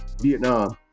Vietnam